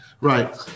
Right